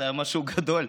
הייתה משהו גדול,